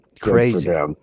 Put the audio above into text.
Crazy